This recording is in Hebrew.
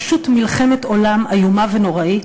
פשוט מלחמת עולם איומה ונוראית,